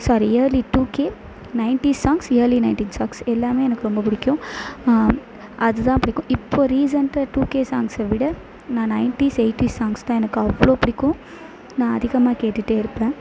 sorry early two K ninety songs early nineteen songs எல்லாமே எனக்கு ரொம்ப பிடிக்கும் அதுதான் பிடிக்கும் இப்போ ரீசென்ட்டாக டூகே சாங்ஸை விட நான் நைன்டிஸ் எயிட்டிஸ் சாங்ஸ்தான் எனக்கு அவ்வளோ பிடிக்கும் நான் அதிகமாக கேட்டுகிட்டே இருப்பேன்